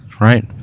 right